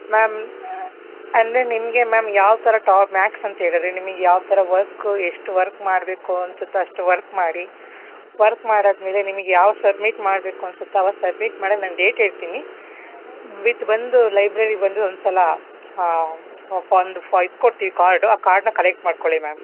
ma'am ಅಂದರೆ ನಿಮಗೆ ma'am ಯಾವ ಥರ ಟಾಬ್ ಮ್ಯಾಕ್ಸ್ ಅಂತೇಳಿದ್ರೆ ನಿಮ್ಗೆ ಯಾವ ಥರ ವರ್ಕು ಎಷ್ಟು ವರ್ಕ್ ಮಾಡಬೇಕು ಅನಿಸತ್ತೋ ಅಷ್ಟು ವರ್ಕ್ ಮಾಡಿ ವರ್ಕ್ ಮಾಡಿ ಆದಮೇಲೆ ನಿಮ್ಗೆ ಯಾವಾಗ ಸಬ್ಮಿಟ್ ಮಾಡಬೇಕು ಅನಿಸತ್ತೋ ಅವಾಗ ಸಬ್ಮಿಟ್ ಮಾಡಿ ನಾನು ಡೇಟ್ ಹೇಳ್ತೀನಿ ವಿತ್ ಬಂದು ಲೈಬ್ರರಿಗೆ ಬಂದು ಒಂದು ಸಲ ಒಂದು ಫಾ ಇದು ಕೊಡ್ತೀವಿ ಕಾರ್ಡು ಆ ಕಾರ್ಡನ್ನ ಕಲೆಕ್ಟ್ ಮಾಡಿಕೊಳ್ಳಿ ಮ್ಯಾಮ್